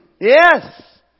Yes